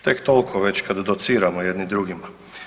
Tek toliko već kad dociramo jedni drugima.